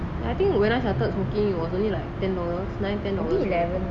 I think when I started it was only like ten dollars nine ten dollars